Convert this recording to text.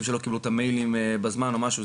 שלא קיבלו את האימיילים בזמן או משהו,